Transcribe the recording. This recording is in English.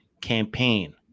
campaign